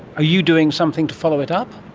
are you doing something to follow it up?